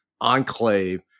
enclave